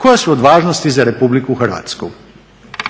koja su od važnosti za RH".